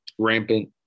Rampant